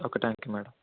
okay thank you madam